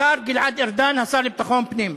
השר גלעד ארדן, השר לביטחון פנים.